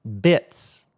Bits